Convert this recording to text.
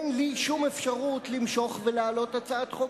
אין לי שום אפשרות למשוך ולהעלות הצעת חוק